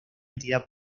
entidad